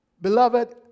Beloved